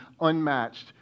unmatched